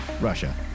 Russia